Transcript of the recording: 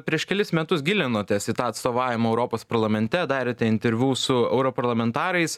prieš kelis metus gilinotės į tą atstovavimą europos parlamente darėte interviu su europarlamentarais